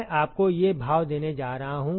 मैं आपको ये भाव देने जा रहा हूं